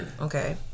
Okay